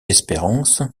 espérance